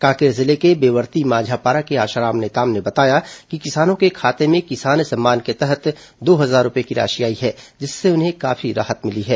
कांकेर जिले के बेवर्ती मांझापारा के आशाराम नेताम ने बताया कि किसानों के खाते में किसान सम्मान योजना के तहत दो हजार रूपये की राशि आई है जिससे उन्हें काफी राहत मिली है